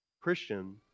Christian